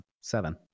seven